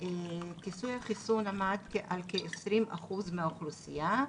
כיסוי החיסון עמד על כ-20% מהאוכלוסייה,